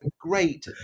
great